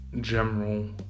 general